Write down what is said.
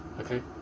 Okay